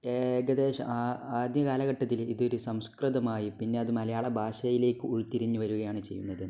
ഏകദേശം ആദ്യ കാലഘട്ടത്തില് ഇതൊരു സംസ്കൃതമായും പിന്നെ അത് മലയാളഭാഷയിലേക്ക് ഉരുത്തിരിഞ്ഞുവരികയുമാണ് ചെയ്യുന്നത്